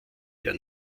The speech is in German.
der